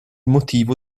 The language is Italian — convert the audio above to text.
motivo